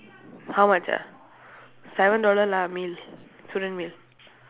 how much ah seven dollar lah meal student meal